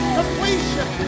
Completion